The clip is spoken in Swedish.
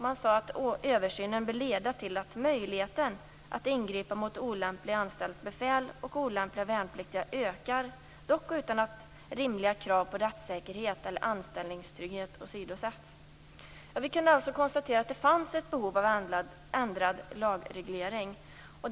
Man sade att översynen bör leda till att möjligheten att ingripa mot anställt befäl som är olämplig och olämpliga värnpliktiga ökar, dock utan att rimliga krav på rättssäkerhet eller anställningstrygghet åsidosätts. Vi kunde alltså konstatera att det fanns ett behov av ändrad lagreglering.